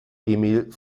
emil